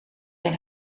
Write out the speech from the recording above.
zijn